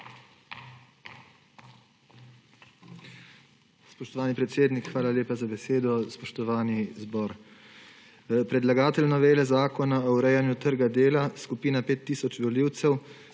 hvala lepa za besedo. Spoštovani zbor! Predlagatelj novele Zakona o urejanju trga dela, skupina 5 tisoč volivcev,